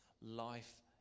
Life